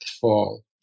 fall